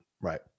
Right